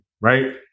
right